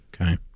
Okay